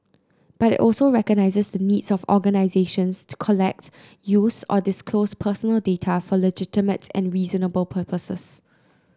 but it also recognises the needs of organisations to collect use or disclose personal data for legitimate and reasonable purposes